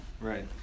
Right